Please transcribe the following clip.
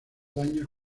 daños